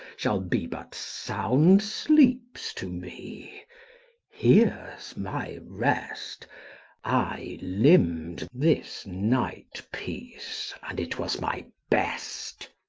shall be but sound sleeps to me here s my rest i limn'd this night-piece, and it was my best.